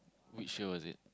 which year was it